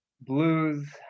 Blues